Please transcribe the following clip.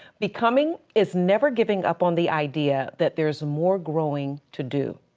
becoming is never giving up on the idea that there's more growing to do.